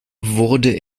wurde